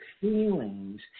feelings